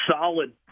solid